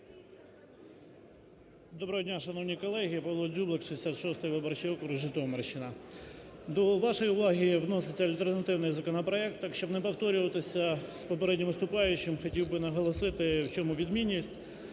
Доброго дня, шановні колеги, Павло Дзюблик, 66 виборчий округ, Житомирщина. До вашої уваги вноситься альтернативний законопроект. Так, щоб не повторюватися з попереднім виступаючим, хотів би наголосити в чому відмінність.